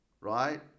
right